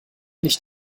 nicht